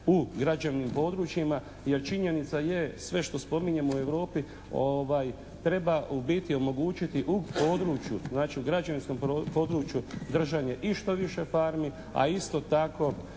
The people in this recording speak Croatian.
u građevnim područjima jer činjenica je sve što spominjemo u Europi treba u biti omogućiti u području znači u građevinskom području držanje i što više farmi a isto tako